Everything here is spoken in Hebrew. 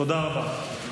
תודה רבה.